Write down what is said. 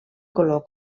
color